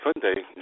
Sunday